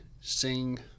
sing